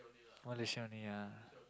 Malaysia only ah